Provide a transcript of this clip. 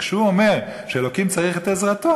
וכשהוא אומר שאלוקים צריך את עזרתו,